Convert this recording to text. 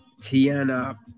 Tiana